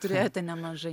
turėjote nemažai